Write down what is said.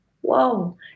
whoa